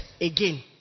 again